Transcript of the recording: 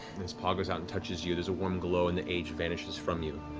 his paw goes out and touches you, there's a warm glow, and the age vanishes from you.